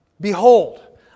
Behold